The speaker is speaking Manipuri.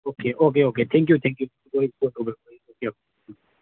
okay okay okay thank you thank Q